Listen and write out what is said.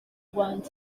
rwanda